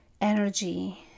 energy